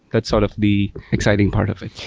that's sort of the exciting part of it.